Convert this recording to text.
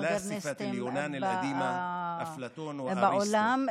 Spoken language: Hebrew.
המודרניסטים בעולם,